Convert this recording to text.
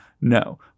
No